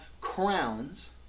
crowns